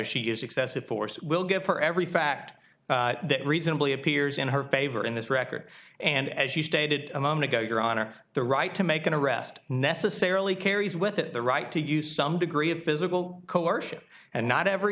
she is excessive force will give her every fact that reasonably appears in her favor in this record and as you stated a moment ago your honor the right to make an arrest necessarily carries with it the right to use some degree of visible coercion and not every